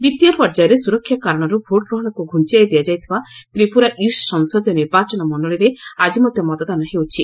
ଦ୍ୱିତୀୟ ପର୍ଯ୍ୟାୟରେ ସୁରକ୍ଷା କାରଣରୁ ଭୋଟ୍ଗ୍ରହଣକୁ ଘୁଞ୍ଚାଇ ଦିଆଯାଇଥିବା ତ୍ରିପୁରା ଇଷ୍ଟ ସଂସଦୀୟ ନିର୍ବାଚନମଣ୍ଡଳୀରେ ଆଜି ମଧ୍ୟ ମତଦାନ ହେଉଛି